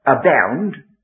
abound